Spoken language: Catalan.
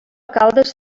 caldes